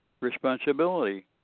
responsibility